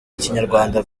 ikinyarwanda